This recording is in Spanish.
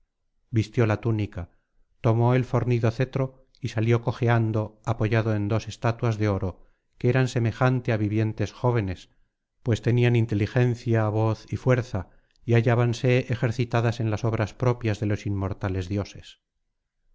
la túnica tomó el fornido cetro y salió cojeando apoyado en dos estatuas de oro que eran semejantes á vivientes jóvenes pues tenían inteligencia voz y fuerza y hallábanse ejercitadas en las obras propias de los inmortales dioses